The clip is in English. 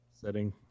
setting